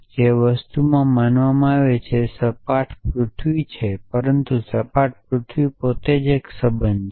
અને જે વસ્તુમાં માનવામાં આવે છે તે સપાટ પૃથ્વી છે પરંતુ સપાટ પૃથ્વી પોતે જ એક સંબંધ છે